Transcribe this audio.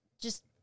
just-